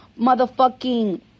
motherfucking